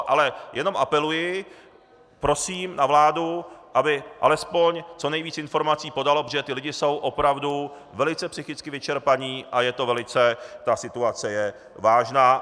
Ale jenom apeluji prosím na vládu, aby alespoň co nejvíc informací podala, protože ti lidé jsou opravdu velice psychicky vyčerpaní a je to velice, ta situace je vážná.